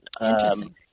Interesting